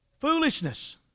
foolishness